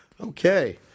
Okay